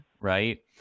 right